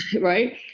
Right